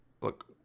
look